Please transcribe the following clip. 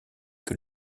que